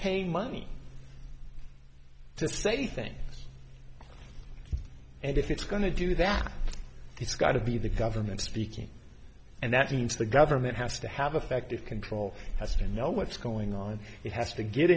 pay money to say anything and if it's going to do that it's got to be the government speaking and that means the government has to have affected control has to know what's going on it has to get